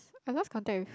I lost contact with